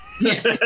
Yes